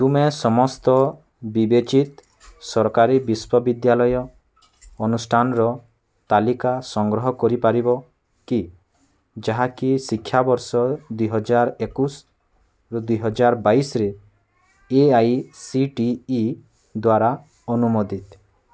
ତୁମେ ସମସ୍ତ ବିବେଚିତ ସରକାରୀ ବିଶ୍ୱବିଦ୍ୟାଳୟ ଅନୁଷ୍ଠାନର ତାଲିକା ସଂଗ୍ରହ କରିପାରିବ କି ଯାହାକି ଶିକ୍ଷାବର୍ଷ ଦୁଇ ହଜାର ଏକୋଇଶରୁ ଦୁଇ ହଜାର ବାଇଶିରେ A I C T E ଦ୍ୱାରା ଅନୁମୋଦିତ